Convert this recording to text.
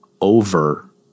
over